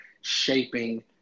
shaping